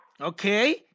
Okay